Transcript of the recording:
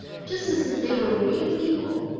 just as if they were real people,